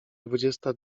dwudziesta